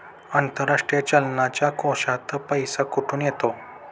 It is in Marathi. आंतरराष्ट्रीय चलनाच्या कोशात पैसा कुठून येतो?